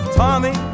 tommy